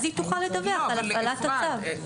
אז היא תוכל לדווח על הפעלת הצו.